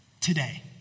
today